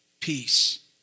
peace